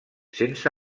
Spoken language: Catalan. sense